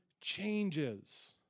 changes